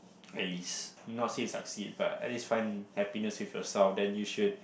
at least not say succeed but at least find happiness with yourself then you should